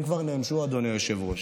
הם כבר נענשו, אדוני היושב-ראש.